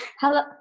hello